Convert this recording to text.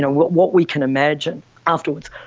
what what we can imagine afterwards,